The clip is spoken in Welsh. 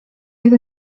oedd